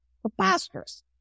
Preposterous